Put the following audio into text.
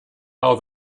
how